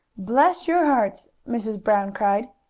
bless your hearts! mrs. brown cried.